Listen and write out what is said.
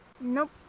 Nope